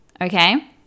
Okay